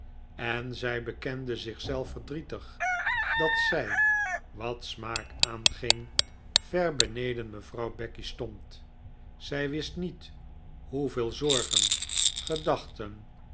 en zij bekende zichzelf verdrietig dat zij wat smaak aanging ver beneden mevrouw becky stond zij wist niet hoeveel zorgen gedachten